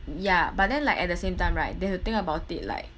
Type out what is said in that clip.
ya but then like at the same time right they have to think about it like